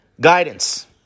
guidance